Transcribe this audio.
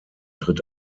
tritt